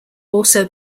also